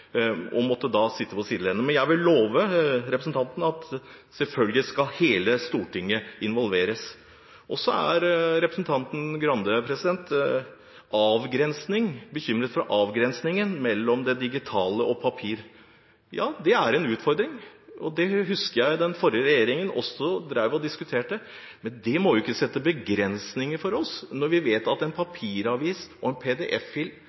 og måtte sitte på sidelinjen. Men jeg vil love representanten at hele Stortinget skal involveres, selvfølgelig. Representanten Grande er bekymret for avgrensningen mellom det digitale og papir. Ja, det er en utfordring, og det husker jeg den forrige regjeringen også diskuterte. Men det må jo ikke sette begrensninger for oss. Når vi vet at en papiravis og en